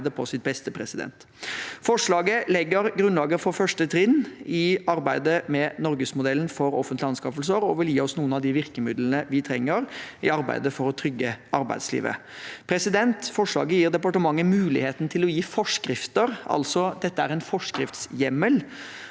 på sitt beste. Forslaget legger grunnlaget for første trinn i arbeidet med norgesmodellen for offentlige anskaffelser og vil gi oss noen av de virkemidlene vi trenger i arbeidet for å trygge arbeidslivet. Forslaget gir departementet muligheten til å gi forskrifter. Det er altså en forskriftshjemmel,